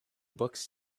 books